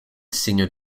singer